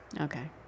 Okay